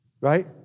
Right